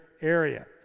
area